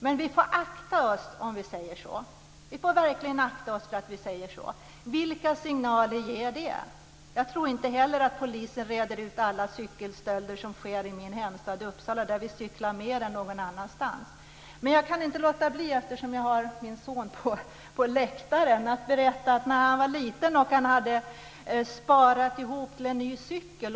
Men vi får akta oss för att säga så. Vilka signaler ger det? Jag tror inte heller att polisen reder ut alla cykelstölder som sker i min hemstad Uppsala där vi cyklar mer än någon annanstans. Eftersom jag har min son på läktaren kan jag inte låta bli att berätta om när han var liten och hade sparat ihop till en ny cykel.